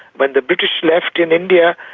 when the british left in india,